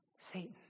Satan